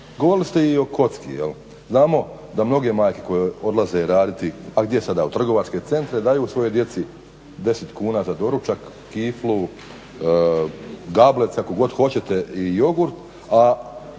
Govorili ste i o kocki. Znamo da mnoge majke koje odlaze raditi, a gdje sada, u trgovačke centre daju svojoj djeci 10 kuna za doručak, kiflu, gablec, kako god hoćete i jogurt,